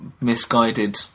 misguided